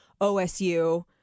OSU